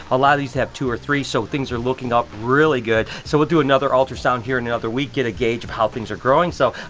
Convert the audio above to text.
a lot of these have two or three, so, things are looking up really good. so, we'll do another ultrasound here in another week, get a gauge of how things are growing, so,